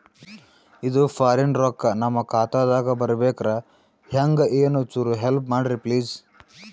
ಇದು ಫಾರಿನ ರೊಕ್ಕ ನಮ್ಮ ಖಾತಾ ದಾಗ ಬರಬೆಕ್ರ, ಹೆಂಗ ಏನು ಚುರು ಹೆಲ್ಪ ಮಾಡ್ರಿ ಪ್ಲಿಸ?